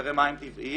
מאגרי מים טבעיים,